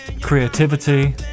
creativity